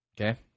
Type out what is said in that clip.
Okay